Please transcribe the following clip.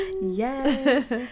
Yes